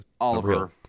Oliver